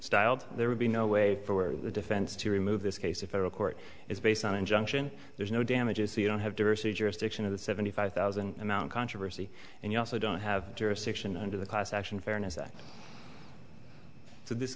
styled there would be no way for the defense to remove this case a federal court is based on injunction there's no damages you don't have diversity jurisdiction of the seventy five thousand amount controversy and you also don't have jurisdiction under the class action fairness act so this